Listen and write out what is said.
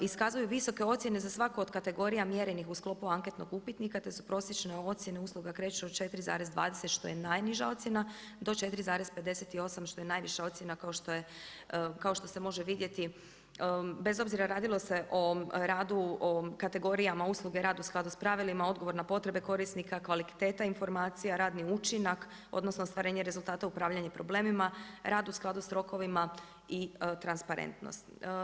Iskazuju visoke ocjene za svaku od kategorija mjere u sklopu anketnog upitnika, te su prosječne ocjene usluga kreću od 4,20 što je najniža ocjena, do 4,58 što je najviša ocjena kao što se može vidjeti, bez obzira radilo se o radu o kategorijama usluge, radu i skladu s pravilima, odgovore na potrebe korisnika, kvalitetna informacija, radni učinak, odnosno ostvarenje rezultata upravljanje problemima, rad u skladu s rokovima i transparentnost.